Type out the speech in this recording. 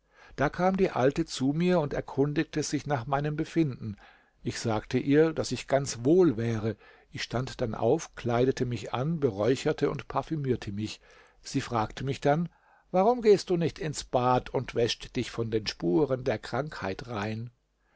da kam die alte zu mir und erkundigte sich nach meinem befinden ich sagte ihr daß ich ganz wohl wäre ich stand dann auf kleidete mich an beräucherte und parfümierte mich sie fragte mich dann warum gehst du nicht ins bad und wäschst dich von den spuren der krankheit rein